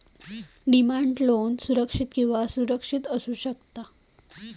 demand loan सुरक्षित किंवा असुरक्षित असू शकता